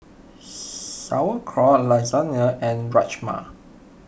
Sauerkraut Lasagna and Rajma